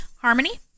Harmony